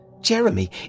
Jeremy